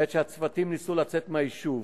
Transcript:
בעת שהצוותים ניסו לצאת מהיישוב,